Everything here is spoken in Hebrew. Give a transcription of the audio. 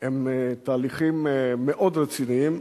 הם תהליכים מאוד רציניים,